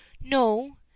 no